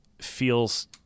feels